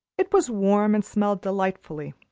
it was warm and smelled delightfully.